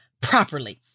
properly